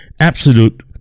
absolute